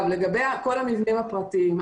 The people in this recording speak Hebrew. לגבי המבנים הפרטיים,